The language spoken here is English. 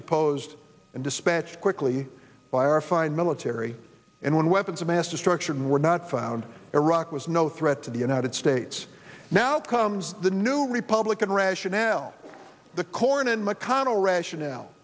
deposed and dispatched quickly by our fine military and when weapons of mass destruction were not found iraq was no threat to the united states now comes the new republican rationale the cornyn mcconnell rationale